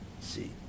see